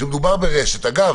כשמדובר ברשת אגב,